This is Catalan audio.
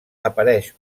apareix